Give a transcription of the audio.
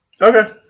Okay